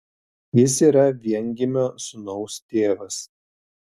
jis yra viengimio sūnaus tėvas